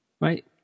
Right